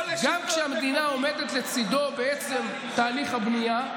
גם כשהמדינה עומדת לצידו בעצם תהליך הבנייה,